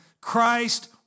Christ